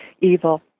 evil